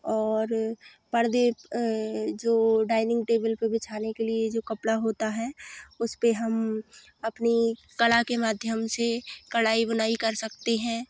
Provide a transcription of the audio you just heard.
और परदे जो डाइनिंग टेबल पे बिछाने के लिए जो कपड़ा होता है उसपे हम अपनी कला के माध्यम से कढ़ाई बुनाई कर सकते हैं